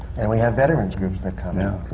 and we have veteran's groups that come in.